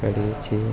કરીએ છીએ